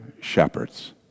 shepherds